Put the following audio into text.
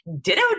ditto